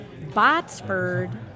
Botsford